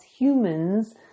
humans